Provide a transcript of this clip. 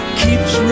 keeps